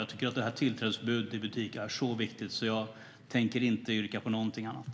Jag tycker att tillkännagivandet om tillträdesförbud till butiker är så viktigt att jag inte tänker yrka bifall till något annat.